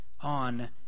on